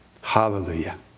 Hallelujah